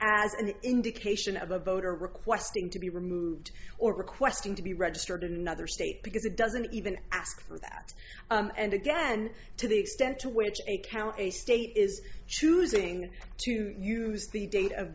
as an indication of a boat or requesting to be removed or requesting to be registered in another state because it doesn't even ask for that and again to the extent to which they count a state is choosing to use the date of